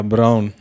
Brown